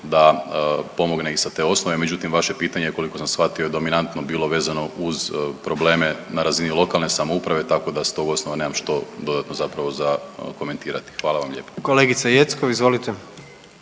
da pomogne i sa te osnove. Međutim vaše pitanje koliko sam shvatio je dominanto bilo vezano uz probleme na razini lokalne samouprave tako da s tog osnova nema što dodatno zapravo za komentirati. Hvala vam lijepo. **Jandroković, Gordan